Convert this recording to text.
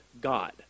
God